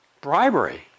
bribery